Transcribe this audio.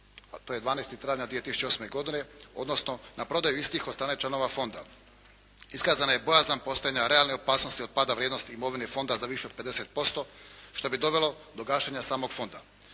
12. travnja 2008. godine odnosno na prodaju istih od strane članova fonda. Iskazana je bojazan postojanja realne opasnosti od pada vrijednosti imovine fonda za više od 50%, što bi dovelo do gašenja samog fonda.